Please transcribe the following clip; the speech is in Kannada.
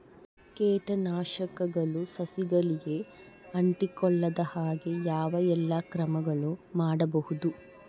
ಕೇಟನಾಶಕಗಳು ಸಸಿಗಳಿಗೆ ಅಂಟಿಕೊಳ್ಳದ ಹಾಗೆ ಯಾವ ಎಲ್ಲಾ ಕ್ರಮಗಳು ಮಾಡಬಹುದು?